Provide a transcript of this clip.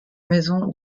maison